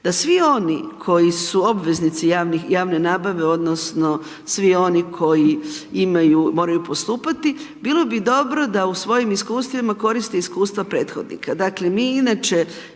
da svi oni koji su obveznici javne nabave odnosno svi oni koji imaju, moraju postupati, bilo bi dobro da u svojim iskustvima koriste iskustva prethodnika. Dakle mi inače